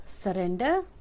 surrender